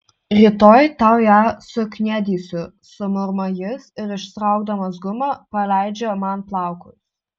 rytoj tau ją sukniedysiu sumurma jis ir ištraukdamas gumą paleidžia man plaukus